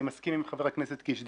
אני מסכים עם חבר הכנסת קיש.